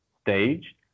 stage